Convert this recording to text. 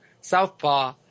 southpaw